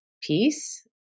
peace